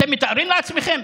אתם מתארים לעצמכם?